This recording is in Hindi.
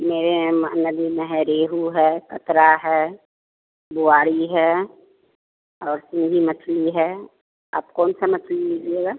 मेरे यहाँ नदी में है रेहू है कतरा है बुआरी है और सिंघी मछली है आप कौन सा मछली लीजिएगा